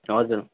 हजुर